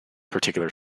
particular